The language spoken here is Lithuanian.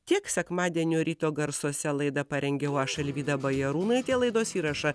tiek sekmadienio ryto garsuose laida parengiau aš alvyda bajarūnaitė laidos įrašą